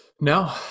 No